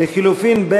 לחלופין (ב)